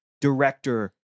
director